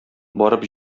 барып